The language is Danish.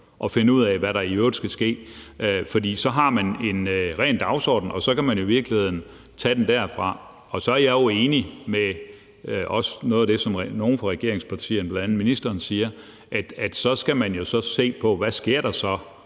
og finde ud af, hvad der i øvrigt skal ske, for så har man en ren dagsorden, og så kan man i virkeligheden tage den derfra. Så er jeg jo enig i noget af det, som nogle fra regeringspartierne, bl.a. ministeren siger, nemlig at man så skal se på, hvad der sker med